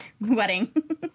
wedding